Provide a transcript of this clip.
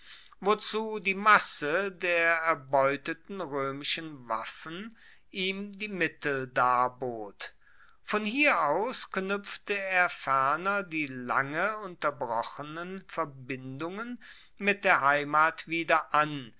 wozu die masse der erbeuteten roemischen waffen ihm die mittel darbot von hier aus knuepfte er ferner die lange unterbrochenen verbindungen mit der heimat wieder an